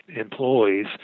employees